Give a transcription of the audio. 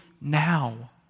now